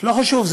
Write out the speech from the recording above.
לא חשוב.